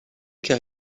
car